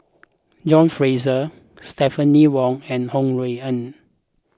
John Fraser Stephanie Wong and Ho Rui An